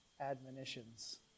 admonitions